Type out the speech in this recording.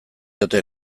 diote